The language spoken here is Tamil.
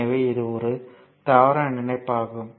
எனவே இது ஒரு தவறான இணைப்பு ஆகும்